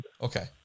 Okay